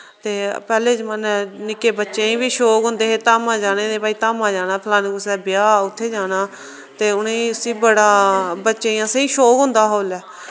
ते पैह्ले जमान्ने निक्के बच्चें गी बी शौक होंदे हे धामां जाने दे भाई धामां जाना फलाने कुसै दे ब्याह् उत्थै जाना ते उ'नेंई इसी बड़ा बच्चें गी असेंगी शौक होंदा हा उल्लै